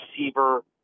receiver